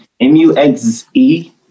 M-U-X-E